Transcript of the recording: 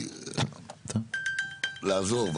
לעזור.